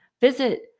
Visit